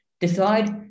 decide